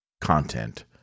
content